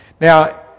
Now